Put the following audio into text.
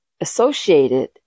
associated